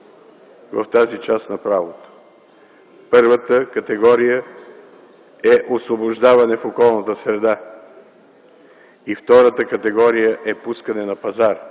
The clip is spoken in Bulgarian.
в тази част на правото – първата категория е „освобождаване в околната среда” и втората категория е „пускане на пазара”?